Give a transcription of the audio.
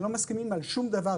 שלא מסכימים ביניהם על שום דבר,